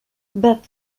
but